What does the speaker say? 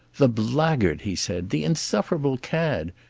the blackguard! he said. the insufferable cad!